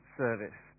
service